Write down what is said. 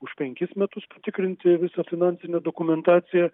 už penkis metus patikrinti visą finansinę dokumentaciją